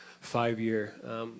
five-year